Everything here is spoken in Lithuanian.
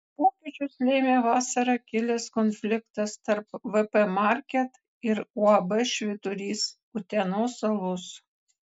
pokyčius lėmė vasarą kilęs konfliktas tarp vp market ir uab švyturys utenos alus